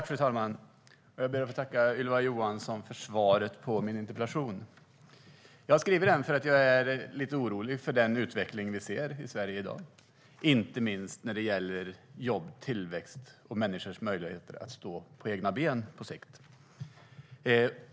Fru talman! Jag ber att få tacka Ylva Johansson för svaret på min interpellation. Jag har ställt den eftersom jag är lite orolig över den utveckling vi ser i Sverige, inte minst vad gäller jobb, tillväxt och människors möjligheter att stå på egna ben på sikt.